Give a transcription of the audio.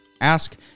ask